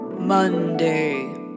Monday